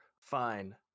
fine